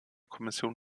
kommission